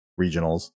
regionals